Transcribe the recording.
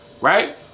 right